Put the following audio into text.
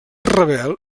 rebel